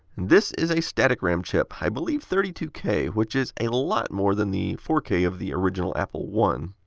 this is a static ram chip, i believe thirty two k, which is a lot more than the four k of the original apple one.